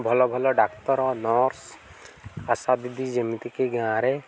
ଭଲ ଭଲ ଡାକ୍ତର ନର୍ସ୍ ଆଶା ଦିଦି ଯେମିତିକି ଗାଁରେ